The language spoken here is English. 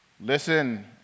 Listen